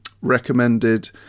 recommended